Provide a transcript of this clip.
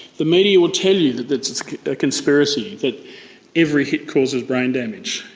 the media will tell you that it's it's a conspiracy, that every hit causes brain damage.